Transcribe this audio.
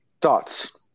thoughts